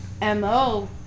MO